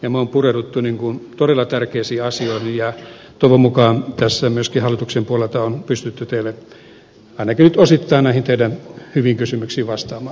me olemme pureutuneet todella tärkeisiin asioihin ja toivon mukaan tässä myöskin hallituksen puolelta on pystytty ainakin nyt osittain näihin teidän hyviin kysymyksiinne vastaamaan